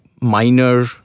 minor